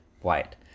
white